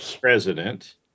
president